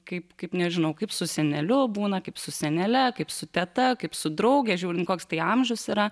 kaip kaip nežinau kaip su seneliu būna kaip su senele kaip su teta kaip su drauge žiūrint koks tai amžius yra